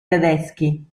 tedeschi